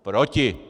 Proti!